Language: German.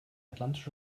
atlantische